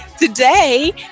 today